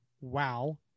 wow